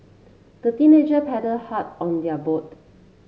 the teenager paddled hard on their boat